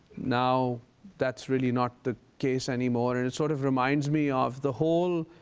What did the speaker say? now that's really not the case anymore. and it sort of reminds me of the whole